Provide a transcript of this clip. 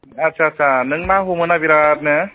आदसा आदसा नों ना हमोना बेराद नो